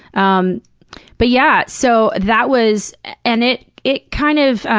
um but yeah, so that was and it it kind of.